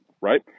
Right